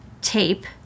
tape